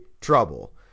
trouble